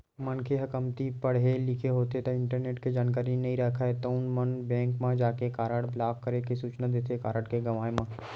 मनखे ह कमती पड़हे लिखे होथे ता इंटरनेट के जानकारी नइ राखय तउन मन बेंक म जाके कारड ब्लॉक करे के सूचना देथे कारड के गवाय म